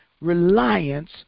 reliance